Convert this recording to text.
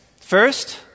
First